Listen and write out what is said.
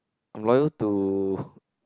I'm loyal to